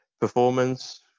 performance